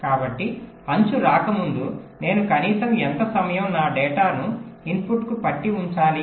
కాబట్టి అంచు రాకముందే నేను కనీసం ఎంత సమయం నా డేటాను ఇన్పుట్కు పట్టి ఉంచాలి